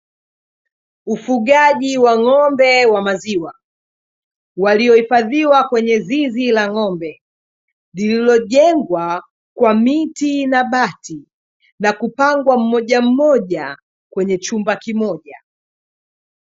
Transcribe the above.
Ufugaji wa ng'ombe wa maziwa waliohifadhiwa kwenye zizi la ng'ombe lililojengwa kwa miti na bati, na kupangwa mmoja mmoja kwenye chumba kimoja.